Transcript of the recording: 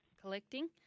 collecting